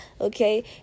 okay